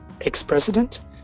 ex-president